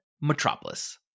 Metropolis